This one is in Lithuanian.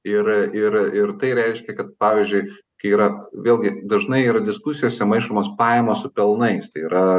yra ir ir tai reiškia kad pavyzdžiui kai yra vėlgi dažnai yra diskusijose maišomos pajamos su pelnais tai yra